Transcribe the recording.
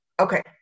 Okay